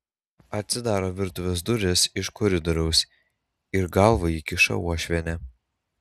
atsidaro virtuvės durys iš koridoriaus ir galvą įkiša uošvienė